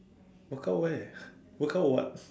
workout where workout what